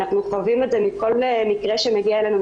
אנחנו חווים את זה בכל מקרה שמגיע אלינו,